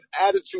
attitude